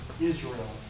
Israel